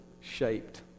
shaped